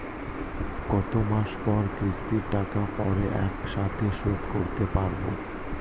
কত মাস পর কিস্তির টাকা পড়ে একসাথে শোধ করতে পারবো?